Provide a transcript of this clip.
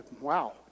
wow